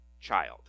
child